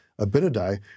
Abinadi